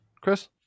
chris